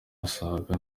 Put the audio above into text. basaga